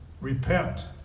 repent